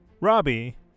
Robbie